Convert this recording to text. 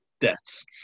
deaths